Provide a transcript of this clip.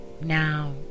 Now